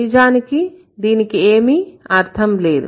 నిజానికి దీనికి ఏమీ అర్థం లేదు